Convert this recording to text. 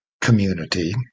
community